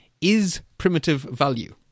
isPrimitiveValue